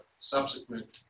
subsequent